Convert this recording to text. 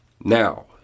Now